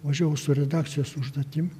važiavau su redakcijos užduotim